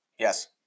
Yes